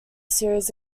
series